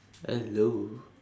hello